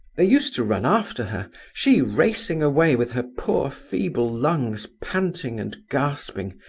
they used to run after her she racing away with her poor feeble lungs panting and gasping,